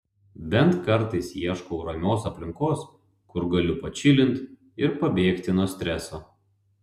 bent kartais ieškau ramios aplinkos kur galiu pačilint ir pabėgti nuo streso